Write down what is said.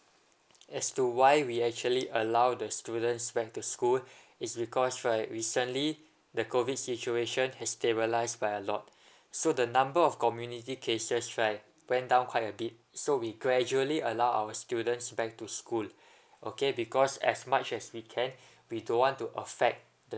as to why we actually allow the students back to school it's because right recently the COVID situation has stabilised by a lot so the number of community cases right went down quite a bit so we gradually allow our students back to school okay because as much as we can we don't want to affect the